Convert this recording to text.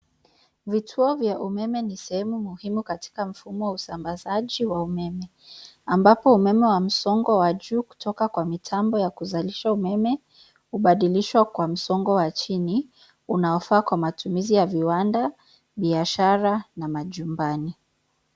Vtuo vya umeme ni sehemu muhimu katika mfumo wa usambazaji wa umeme. Ambapo umeme wa msongo wa juu kutoka kwa mitambo ya kuzalisha umeme, hubadilishwa kwa msongo wa chini, unaofaa kwa matumizi ya viwanda, biashara na majumbani.